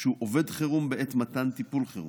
שהוא עובד חירום בעת מתן טיפול חירום.